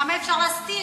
כמה אפשר להסתיר?